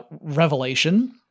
revelation